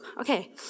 Okay